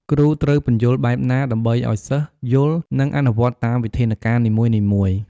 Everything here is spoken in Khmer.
គ្រូត្រូវពន្យល់បែបណាដើម្បីឲ្យសិស្សយល់ និងអនុវត្តតាមវិធានការនីមួយៗ។